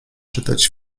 czytać